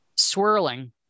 swirling